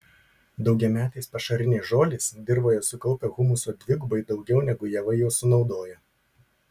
daugiametės pašarinės žolės dirvoje sukaupia humuso dvigubai daugiau negu javai jo sunaudoja